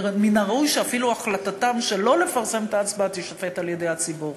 מן הראוי שאפילו החלטתם שלא לפרסם את ההצבעה תישפט על-ידי הציבור.